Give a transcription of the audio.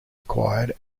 acquired